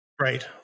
right